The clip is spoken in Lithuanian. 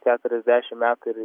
keturiasdešim metų ir